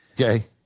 Okay